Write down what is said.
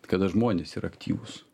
kada žmonės yra aktyvūs